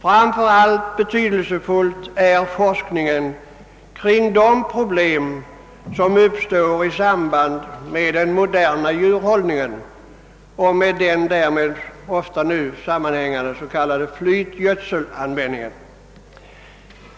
Speciellt betydelsefull är forskningen kring de problem som uppstår i samband med den moderna djurhållningen och den därmed nu ofta sammanhängande användningen av s.k. flytgödsel.